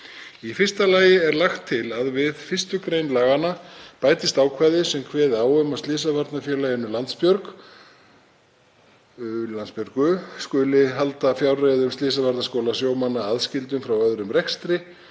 Í fyrsta lagi er lagt til að við 1. gr. laganna bætist ákvæði sem kveði á um að Slysavarnafélagið Landsbjörg skuli halda fjárreiðum Slysavarnaskóla sjómanna aðskildum frá öðrum rekstri